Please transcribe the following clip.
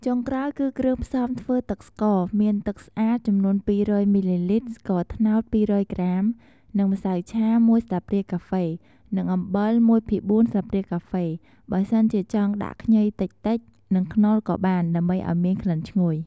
ចុងក្រោយ គឺគ្រឿងផ្សំធ្វើទឹកស្ករមាន ទឹកស្អាតចំនួន២០០មីលីលីត្រ ស្ករត្នោត២០០ក្រាម និងម្សៅឆាមួយស្លាបព្រាកាហ្វេ និងអំបិលមួយភាគបួនស្លាបព្រាកាហ្វ បើសិនជាចង់ដាក់ខ្ញីតិចៗនិងខ្នុរក៏បានដើម្បីឲ្យមានក្លិនឈ្ងុយ។